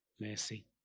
mercy